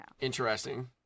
Interesting